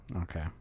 Okay